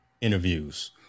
interviews